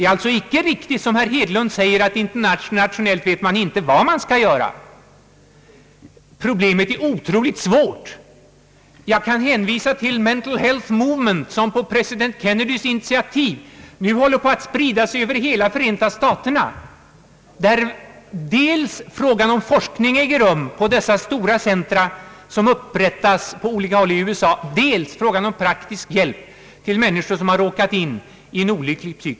Jag kan vidare hänvisa till The Mental Health Movement, som på president Kennedys initiativ nu håller på att sprida sig över hela Förenta staterna. Där har man dels forskning i de stora centra som upprättas på olika håll i USA, dels praktisk hjälp till människor som har råkat in i en olycklig situation.